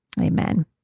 amen